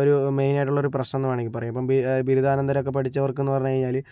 ഒരു മെയിൻ ആയിട്ടുള്ള ഒരു പ്രശ്നം എന്നു വേണമെങ്കിൽ പറയാം ഇപ്പം ബിരുധാനന്തരമൊക്കെ പഠിച്ചവർക്ക് എന്ന് പറഞ്ഞു കഴിഞ്ഞാൽ